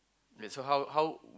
wait so how how